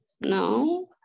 no